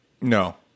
No